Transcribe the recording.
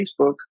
Facebook